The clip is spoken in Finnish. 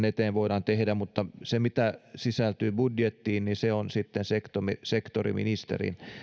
eteen se mitä sisältyy budjettiin on sektoriministerin